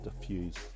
diffuse